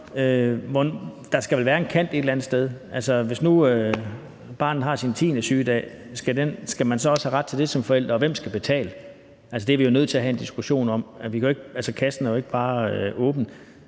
vel skal være en kant et eller andet sted. Altså, hvis nu barnet har sin tiende sygedag, skal man så også have ret til den som forælder, og hvem skal betale? Det er vi jo nødt til at have en diskussion om. Kassen er jo ikke bare åben.